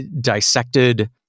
dissected